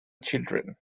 children